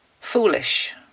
foolish